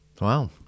Wow